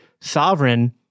sovereign